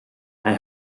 hij